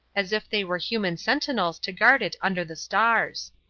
as if they were human sentinels to guard it under the stars.